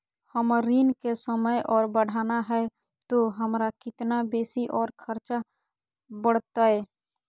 हमर ऋण के समय और बढ़ाना है तो हमरा कितना बेसी और खर्चा बड़तैय?